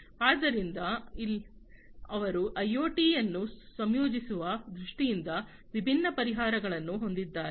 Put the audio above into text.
ಆದ್ದರಿಂದ ಇಲ್ಲಿ ಅವರು ಐಒಟಿಯನ್ನು ಸಂಯೋಜಿಸುವ ದೃಷ್ಟಿಯಿಂದ ವಿಭಿನ್ನ ಪರಿಹಾರಗಳನ್ನು ಹೊಂದಿದ್ದಾರೆ